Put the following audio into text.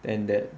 and that